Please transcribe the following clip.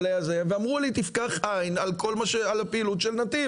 ואמרו לי "תפקח עין על הפעילות של "נתי"ב".